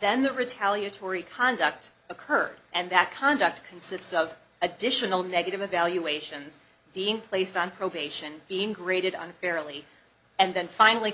then that retaliatory conduct occurred and that conduct consists of additional negative evaluations being placed on probation being graded on fairly and then finally